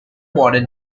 modern